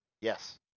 Yes